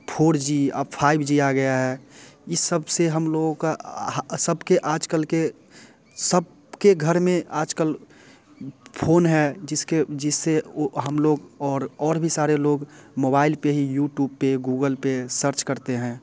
four G अब five G आ गया है इस सब से हम लोगों का सब के आज कल के सब के घर में आज कल फोन है जिसके जिससे वो हम लोग और और भी सारे लोग मोबाइल पर ही यूटूब पर गूगल पर सर्च करते हैं